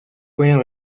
pueden